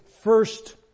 first